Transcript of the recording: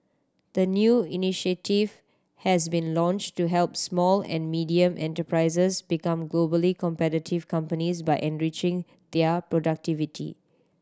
the new initiative has been launched to help small and medium enterprises become globally competitive companies by enriching their productivity